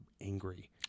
angry